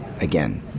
again